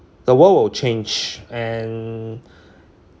the world will change and